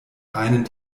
einen